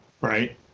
right